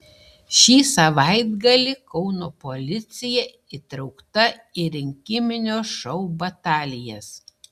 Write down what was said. šį savaitgalį kauno policija įtraukta į rinkiminio šou batalijas